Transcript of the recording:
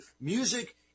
music